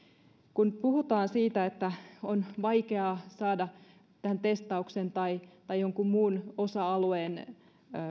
kun puhutaan siitä että on vaikeaa saada testauksen tai tai jonkun muun osa alueen